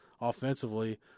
offensively